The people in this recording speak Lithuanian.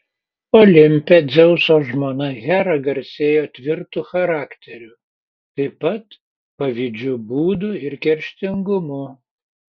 olimpe dzeuso žmona hera garsėjo tvirtu charakteriu taip pat pavydžiu būdu ir kerštingumu